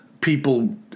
People